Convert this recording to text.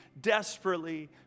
desperately